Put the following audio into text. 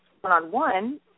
one-on-one